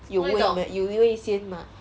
有位 meh 有位先吗